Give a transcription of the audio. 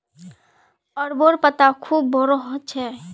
अरबोंर पत्ता खूब बोरो ह छेक